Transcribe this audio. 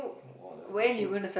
!wah! like you see